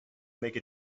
make